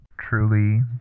Truly